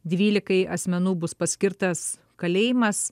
dvylikai asmenų bus paskirtas kalėjimas